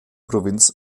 provinz